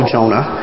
Jonah